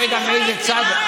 צד,